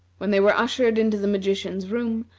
when they were ushered into the magician's room,